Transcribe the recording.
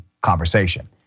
conversation